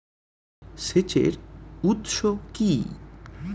সেচের উৎস কি?